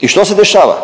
I što se dešava?